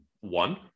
One